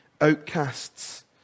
outcasts